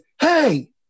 hey